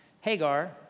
Hagar